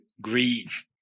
grieve